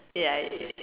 ya